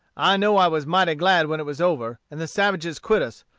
i know i was mighty glad when it was over, and the savages quit us,